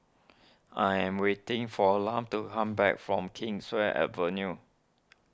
I am waiting for Lum to come back from Kingswear Avenue